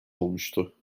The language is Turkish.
olmuştu